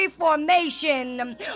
reformation